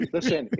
Listen